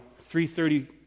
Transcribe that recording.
3.30